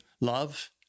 love